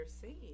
seeing